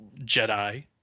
Jedi